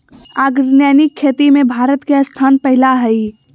organic खेती में भारत के स्थान पहिला हइ